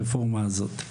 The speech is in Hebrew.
עם הרפורמה הזאת.